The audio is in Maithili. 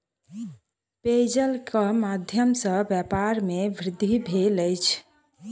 पेयजल के माध्यम सॅ व्यापार में वृद्धि भेल अछि